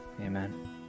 Amen